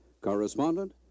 correspondent